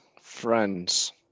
Friends